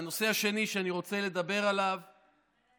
הנושא השני שאני רוצה לדבר עליו הוא,